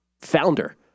founder